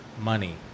money